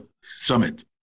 Summit